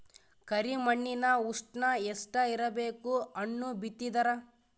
ಕರಿ ಮಣ್ಣಿನ ಉಷ್ಣ ಎಷ್ಟ ಇರಬೇಕು ಹಣ್ಣು ಬಿತ್ತಿದರ?